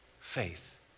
faith